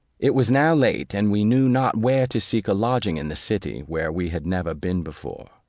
it was now late, and we knew not where to seek a lodging in the city, where we had never been before.